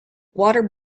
water